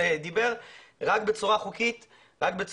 זה צריך להיעשות רק בצורה חוקית ולגיטימית.